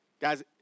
Guys